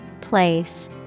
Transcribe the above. Place